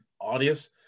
audience